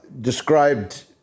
described